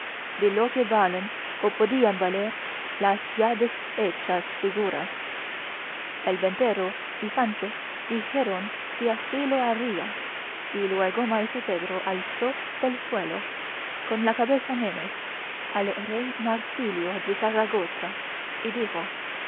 de lo que valen o podían valer las ya deshechas figuras el ventero y sancho dijeron que así lo harían y luego maese pedro alzó del suelo con la cabeza menos al rey marsilio de zaragoza y dijo